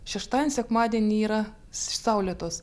šeštadienį sekmadienį yra saulėtos